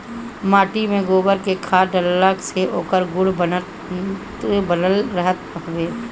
माटी में गोबर के खाद डालला से ओकर गुण बनल रहत हवे